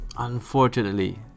Unfortunately